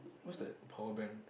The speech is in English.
what's that power bank